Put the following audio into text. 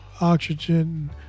oxygen